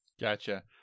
Gotcha